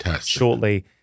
shortly